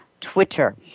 twitter